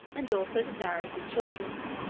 and also to darius's children.